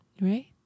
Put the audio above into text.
right